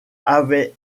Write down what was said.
avait